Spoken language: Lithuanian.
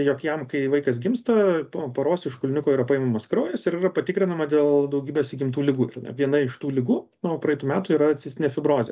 jog jam kai vaikas gimsta po paros iš kulniuko yra paimamas kraujas ir yra patikrinama dėl daugybės įgimtų ligų ar ne viena iš tų ligų nuo praeitų metų yra cistinė fibrozė